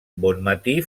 bonmatí